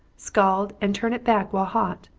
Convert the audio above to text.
scald and turn it back while hot.